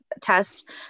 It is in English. test